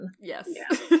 Yes